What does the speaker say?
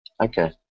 Okay